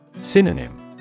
Synonym